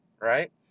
right